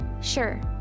Sure